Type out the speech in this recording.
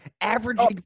Averaging